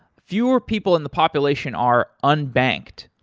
fewer people in the population are unbanked.